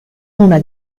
una